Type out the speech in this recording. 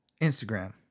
Instagram